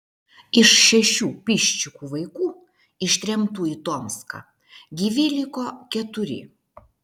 iš šešių piščikų vaikų ištremtų į tomską gyvi liko keturi